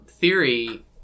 theory